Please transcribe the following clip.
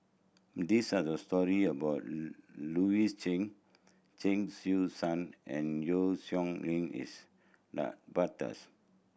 these are the story about Louis Chen Chen Su San and Yeo Song Nian is